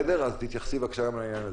אז תתייחסי בבקשה גם לעניין הזה.